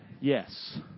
Yes